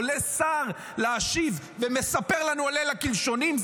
עולה שר להשיב ומספר לנו על ליל הקלשונים.